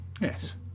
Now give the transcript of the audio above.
Yes